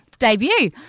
debut